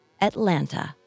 Atlanta